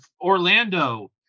Orlando